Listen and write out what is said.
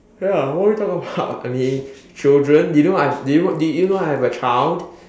ya what you want to talk about I mean children did you did you know I have a child